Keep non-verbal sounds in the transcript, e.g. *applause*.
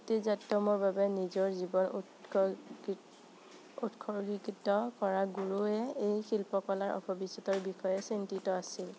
কুটিযাট্টমৰ বাবে নিজৰ জীৱন *unintelligible* উৎসৰ্গীকৃত কৰা গুৰু য়ে এই শিল্পকলাৰ ভৱিষ্যতৰ বিষয়ে চিন্তিত আছিল